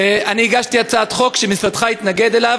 הגשתי הצעת חוק שמשרדך התנגד לה,